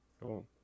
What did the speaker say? Cool